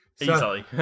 easily